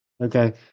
Okay